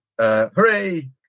Hooray